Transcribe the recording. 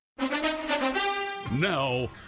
Now